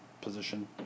position